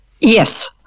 Yes